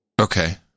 Okay